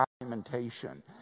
documentation